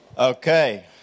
Okay